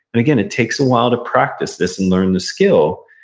and again it takes a while to practice this and learn the skill,